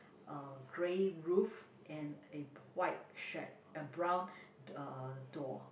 a grey roof and a white shed a brown uh door